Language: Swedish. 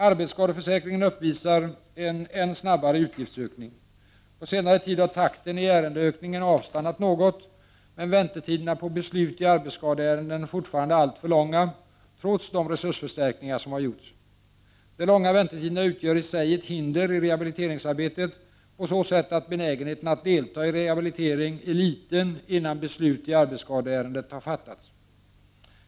Arbetsskadeförsäkringen uppvisar en än snabbare utgiftsökning. På senare tid har takten i ärendeökningen avstannat något, men väntetiderna när det gäller beslut i arbetsskadeärenden är fortfarande alltför långa, trots de resursförstärkningar som har gjorts. De långa väntetiderna utgör i sig ett hin der i rehabiliteringsarbetet på så sätt att benägenheten att delta i rehabilitering är liten, innan beslut i arbetsskadeärendet har fattats.